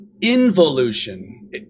involution